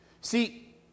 See